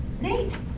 Nate